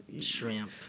shrimp